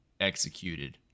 executed